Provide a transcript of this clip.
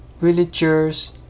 villagers